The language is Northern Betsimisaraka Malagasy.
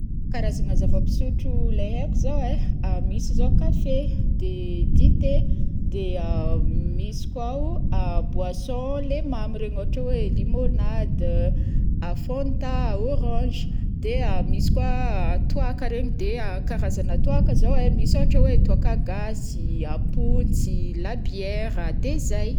Karazagna zava-pisotro leha haiko zao ai, misy zao café, de dité, de misy koa o boissons leha mamy regny ohatra hoe lemonade, Fanta, orange, de misy koa toaka regny, de karazagna toaka zao ai: misy ohatra hoe toaka gasy, pontsy, labièra, de zay.